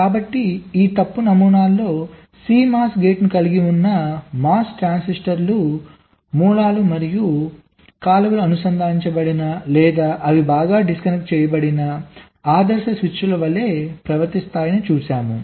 కాబట్టి ఈ తప్పు నమూనాలో CMOS గేట్ను కలిగి ఉన్న MOS ట్రాన్సిస్టర్ మూలాలు మరియు కాలువలు అనుసంధానించబడిన లేదా అవి బాగా డిస్కనెక్ట్ చేయబడిన ఆదర్శ స్విచ్ల వలె ప్రవర్తిస్తాయని చూసాము